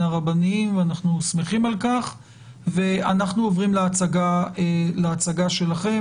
הרבניים ואנחנו שמחים על-כך ואנחנו עוברים להצגה שלכם.